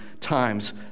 times